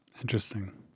Interesting